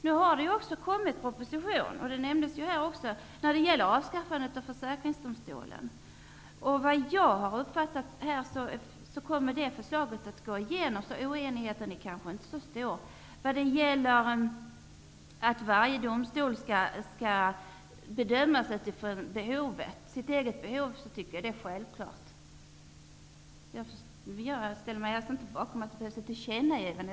Nu har det också kommit en proposition, som här nämnts, där man föreslår ett avskaffande av Försäkringsöverdomstolen. Såvitt jag har uppfattat kommer detta förslag att bifallas, så oenigheten är kanske inte så stor. Att varje domstol skall bedömas utifrån sina egna meriter tycker jag är självklart. Jag ställer mig dock inte bakom något tillkännagivande om detta.